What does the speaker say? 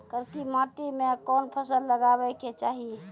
करकी माटी मे कोन फ़सल लगाबै के चाही?